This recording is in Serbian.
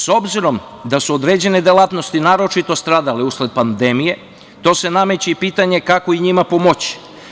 S obzirom da su određene delatnosti naročito stradale usled pandemije, tu se nameće i pitanje kako i njima pomoći.